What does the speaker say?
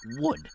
wood